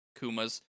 Kumas